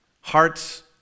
Hearts